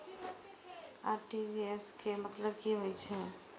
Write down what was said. RTGS के मतलब की होय ये?